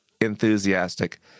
enthusiastic